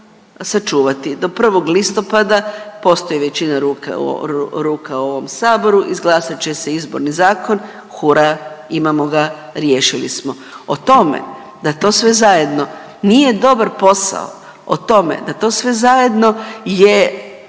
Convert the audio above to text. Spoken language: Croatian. do 1. listopada, postoji većina ruka u ovom saboru, izglasat će se Izborni zakon, hura, imamo ga, riješili smo. O tome da to sve zajedno nije dobar posao, o tome da to sve zajedno je